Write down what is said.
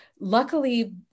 luckily